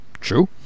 True